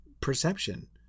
perception